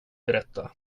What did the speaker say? berätta